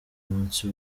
munsi